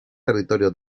territorio